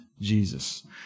Jesus